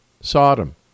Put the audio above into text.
Sodom